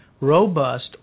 robust